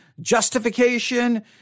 justification